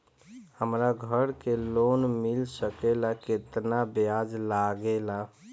हमरा घर के लोन मिल सकेला केतना ब्याज लागेला?